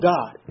God